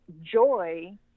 joy